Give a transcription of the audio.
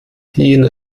jeden